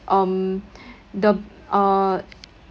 um the uh